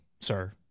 sir